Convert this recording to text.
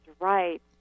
right